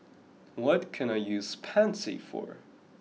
what can I use Pansy for